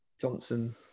Johnson